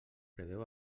preveu